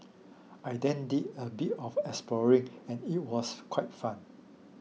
I then did a bit of exploring and it was quite fun